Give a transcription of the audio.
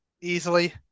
easily